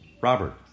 Robert